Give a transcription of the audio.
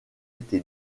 été